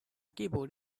keyboard